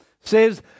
says